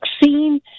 vaccine